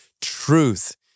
truth